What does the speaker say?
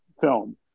film